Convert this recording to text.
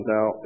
Now